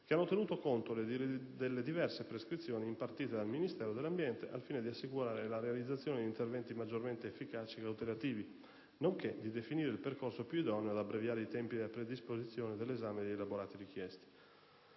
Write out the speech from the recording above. che hanno tenuto conto delle diverse prescrizioni impartite dal Ministero dell'ambiente al fine di assicurare la realizzazione di interventi maggiormente efficaci e cautelativi, nonché di definire il percorso più idoneo ad abbreviare i tempi della predisposizione e dell'esame degli elaborati richiesti.